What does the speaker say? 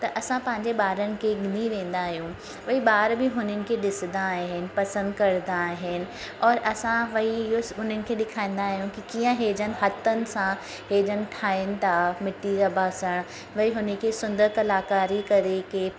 त असां पंहिंजे ॿारनि खे वठी वेंदा आहियूं वरी ॿार बि हुनखे ॾिसंदा आहिनि पसंदि कंदा आहिनि और असां वही उन्हनि खे ॾेखारींदा आहियूं कीअं हे जन हथन सां हे जन ठाहिन था मिट्टी जा बासण वरी हुनखे सुंदर कलाकारी करे के